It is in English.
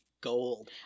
gold